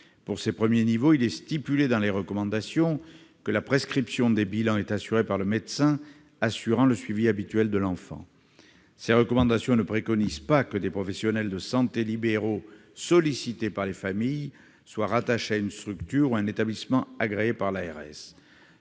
Pour ces premiers niveaux, il est stipulé dans les recommandations que la prescription des bilans est effectuée par le médecin assurant le suivi habituel de l'enfant. Ces recommandations ne préconisent pas que les professionnels de santé libéraux sollicités par les familles soient rattachés à une structure ou un établissement agréés par l'ARS.